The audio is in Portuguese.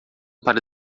para